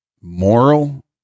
moral